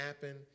happen